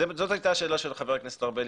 זאת הייתה השאלה של חבר הכנסת ארבל,